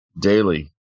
daily